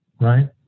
Right